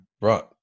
right